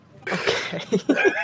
Okay